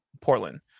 portland